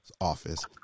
office